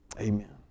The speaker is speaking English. Amen